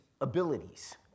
abilities